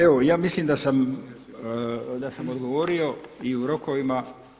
Evo, ja mislim da sam odgovorio i o rokovima.